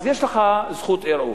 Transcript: אז יש לך זכות ערעור.